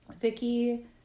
Vicky